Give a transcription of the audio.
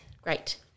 Great